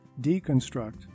deconstruct